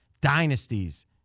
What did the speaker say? dynasties